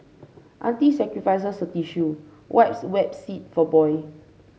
auntie sacrifices her tissue wipes wet seat for boy